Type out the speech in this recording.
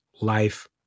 life